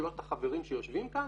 שלושת החברים שיושבים כאן?